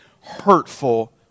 hurtful